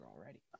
already